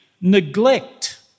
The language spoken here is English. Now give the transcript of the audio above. neglect